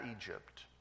Egypt